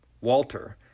Walter